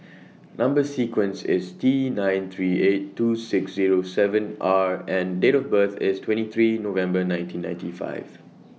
Number sequence IS T nine three eight two six Zero seven R and Date of birth IS twenty three November nineteen ninety five